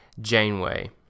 Janeway